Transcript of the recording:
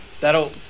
that'll